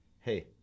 hey